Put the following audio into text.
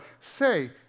Say